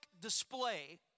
display